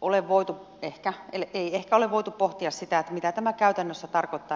ole voitu pohtia sitä mitä tämä käytännössä tarkoittaa